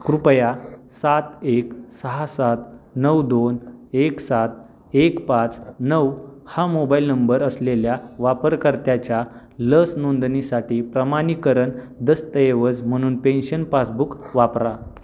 कृपया सात एक सहा सात नऊ दोन एक सात एक पाच नऊ हा मोबाईल नंबर असलेल्या वापरकर्त्याच्या लस नोंदणीसाठी प्रमाणीकरण दस्तऐवज म्हणून पेन्शन पासबुक वापरा